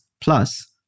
plus